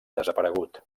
desaparegut